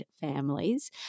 families